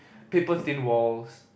paper thin walls